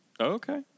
Okay